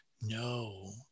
No